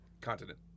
Continent